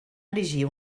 erigir